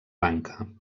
banca